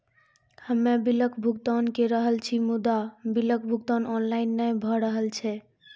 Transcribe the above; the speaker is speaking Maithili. हम्मे बिलक भुगतान के रहल छी मुदा, बिलक भुगतान ऑनलाइन नै भऽ रहल छै?